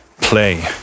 play